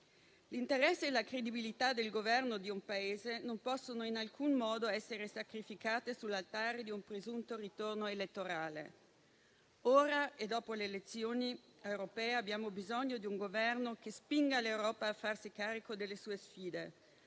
L'interesse e la credibilità del Governo di un Paese non possono in alcun modo essere sacrificate sull'altare di un presunto ritorno elettorale. Ora e dopo le elezioni europee abbiamo bisogno di un Governo che spinga l'Europa a farsi carico delle sue sfide.